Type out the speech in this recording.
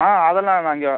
ஆ அதெலாம் நான் இங்கே